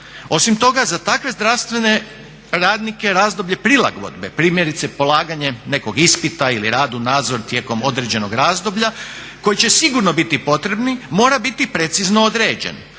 Osim toga za takve zdravstvene radnike razdoblje prilagodbe, primjerice polaganje nekog ispita ili rad u nadzoru tijekom određenog razdoblja koje će sigurno biti potrebno mora biti precizno određen.